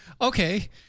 Okay